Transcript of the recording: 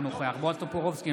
אינו נוכח בועז טופורובסקי,